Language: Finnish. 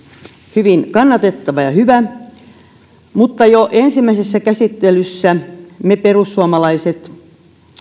hyvin kannatettava ja hyvä mutta jo ensimmäisessä käsittelyssä me perussuomalaiset